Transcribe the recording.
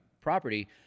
property